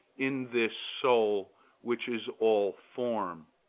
in this soul which is all form.